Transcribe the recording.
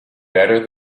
better